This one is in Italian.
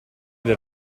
del